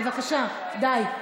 בבקשה, די.